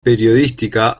periodística